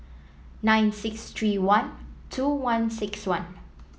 nine six three one two one six one